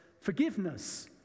forgiveness